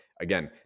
Again